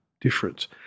difference